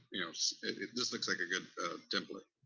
this looks like a good template.